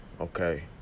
okay